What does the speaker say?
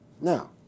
Now